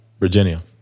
Virginia